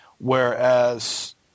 whereas